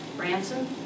Ransom